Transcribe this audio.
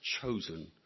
chosen